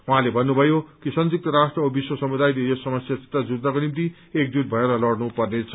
उहाँले भन्नुभयो कि संयुक्त राष्ट्र औ विश्व समुदायले यस समस्यासित जुझनको निम्ति एकजुट भएर लड़नु पर्नेछ